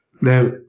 Now